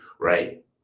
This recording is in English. right